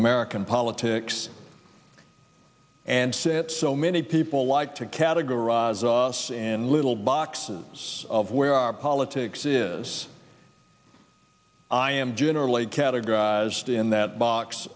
american politics and say it so many people like to categorize us and little boxes of where our politics is i am generally categorized in that box